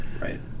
Right